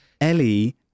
Ellie